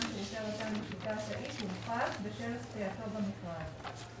שירותי רט"ן בשיטה התאית הורחב בשל זכייתו במכרז.